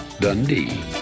Dundee